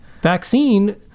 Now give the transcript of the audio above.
vaccine